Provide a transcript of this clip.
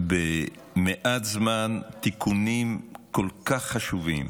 במעט זמן, תיקונים כל כך חשובים,